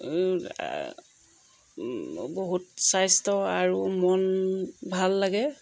বহুত স্বাস্থ্য আৰু মন ভাল লাগে